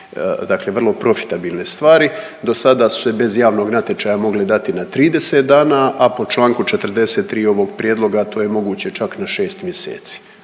dakle vrlo profitabilne stvari. Do sada su se bez javnog natječaja mogle dati na 30 dana, a po čl. 43. ovog prijedloga to je moguće čak na 6 mjeseci,